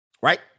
Right